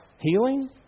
healing